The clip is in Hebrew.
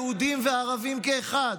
יהודים וערבים כאחד.